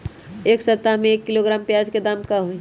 एक सप्ताह में एक किलोग्राम प्याज के दाम का होई?